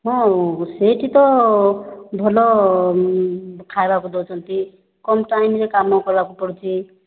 ହଁ ସେଇଠି ତ ଭଲ ଖାଇବାକୁ ଦେଉଛନ୍ତି କମ୍ ଟାଇମ୍ରେ କାମ କରିବାକୁ ପଡ଼ୁଛି